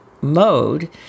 mode